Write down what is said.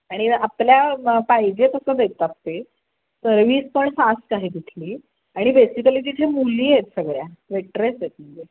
आणि आपल्या पाहिजे तसं देतात ते सर्विस पण फास्ट आहे तिथली आणि बेसिकली तिथे मुली आहेत सगळ्या वेट्रेस आहेत म्हणजे